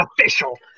official